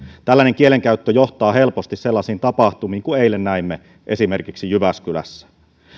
tällainen kielenkäyttö johtaa helposti sellaisiin tapahtumiin kuin eilen näimme esimerkiksi jyväskylässä